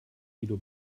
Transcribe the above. guido